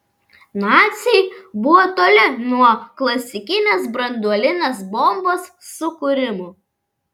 naciai buvo toli nuo klasikinės branduolinės bombos sukūrimo